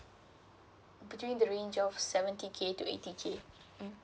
between the range of seventy K to eighty K mm